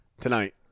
tonight